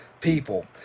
people